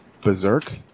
Berserk